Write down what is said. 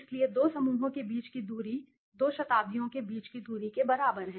इसलिए दो समूहों के बीच की दूरी दो शताब्दियों के बीच की दूरी के बराबर है